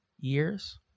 years